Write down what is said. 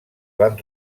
van